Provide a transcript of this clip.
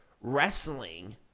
wrestling